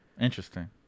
Interesting